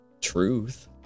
truth